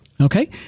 Okay